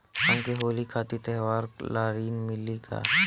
हमके होली खातिर त्योहार ला ऋण मिली का?